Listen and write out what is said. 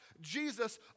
Jesus